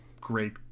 great